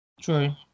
true